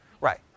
Right